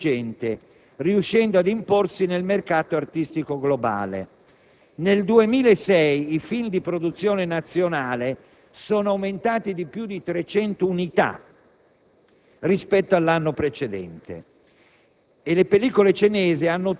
nell'anno appena conclusosi, una capacità di sviluppo rapido ed intelligente, riuscendo ad imporsi nel mercato artistico globale. Nel 2006 i film di produzione nazionale sono aumentati di più di 300 unità